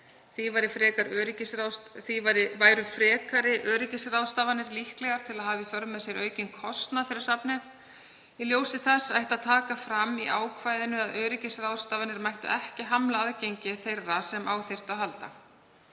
Því væru frekari öryggisráðstafanir líklegar til að hafa í för með sér aukinn kostnað fyrir safnið. Í ljósi þess ætti að taka fram í ákvæðinu að öryggisráðstafanir mættu ekki hamla aðgengi þeirra sem á þyrftu að halda.